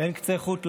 אין להורים קצה חוט,